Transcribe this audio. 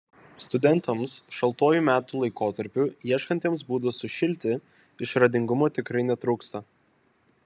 studentams šaltuoju metų laikotarpiu ieškantiems būdų sušilti išradingumo tikrai netrūksta